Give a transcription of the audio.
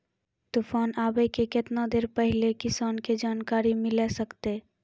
तूफान आबय के केतना देर पहिले किसान के जानकारी मिले सकते?